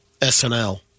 SNL